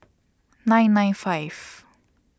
nine nine five